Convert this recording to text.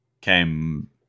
came